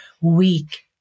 weak